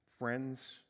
friends